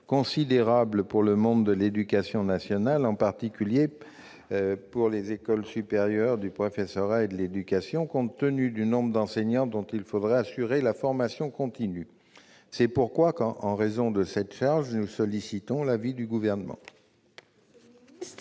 d'organisation pour le monde de l'éducation nationale, en particulier pour les écoles supérieures du professorat et de l'éducation, compte tenu du nombre d'enseignants dont il faudrait assurer la formation continue. La commission souhaite donc connaître l'avis du Gouvernement.